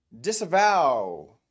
disavow